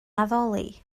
addoli